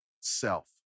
self